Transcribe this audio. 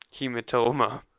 Hematoma